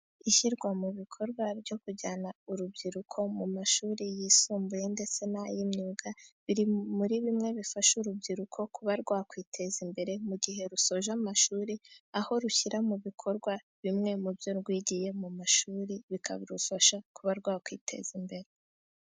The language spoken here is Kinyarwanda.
Ishyirwa mu bikorwa byo kujyana urubyiruko mu mashuri yisumbuye, ndetse n'ay'imyuga. Biri muri bimwe bifasha urubyiruko kuba rwakwiteza imbere mu gihe rusoje amashuri. Aho rushyira mu bikorwa bimwe mu byo rwigiye mu mashuri, bikarufasha kuba rwakwiteza imbere.